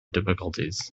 difficulties